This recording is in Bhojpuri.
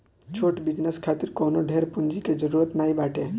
छोट बिजनेस खातिर कवनो ढेर पूंजी के जरुरत नाइ बाटे